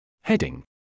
Heading